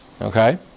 Okay